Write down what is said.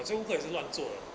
好胸会是乱做